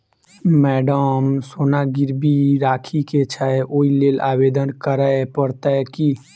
Madam सोना गिरबी राखि केँ छैय ओई लेल आवेदन करै परतै की?